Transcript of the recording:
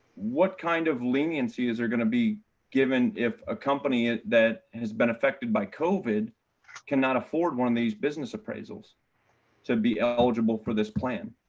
what kind of leniency is there going to be given if a company and that has been affected by covid cannot afford one of these business appraisals to be eligible for this plan?